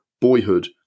Boyhood